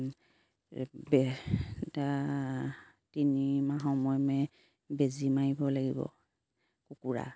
তিনিমাহৰ মূৰে মূৰে বেজি মাৰিব লাগিব কুকুৰা